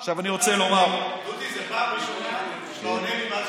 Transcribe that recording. זו פעם ראשונה שאתה עונה לי.